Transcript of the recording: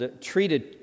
treated